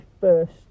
first